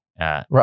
Right